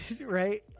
right